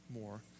more